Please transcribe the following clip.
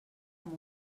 amb